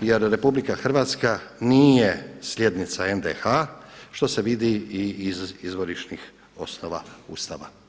jer RH nije slijednica NDH što se vidi i iz izvorišnih osnova Ustava.